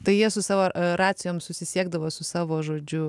tai jie su savo a racijom susisiekdavo su savo žodžiu